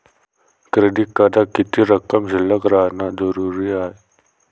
Credit कार्डात किती रक्कम शिल्लक राहानं जरुरी हाय?